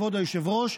כבוד היושב-ראש,